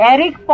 Eric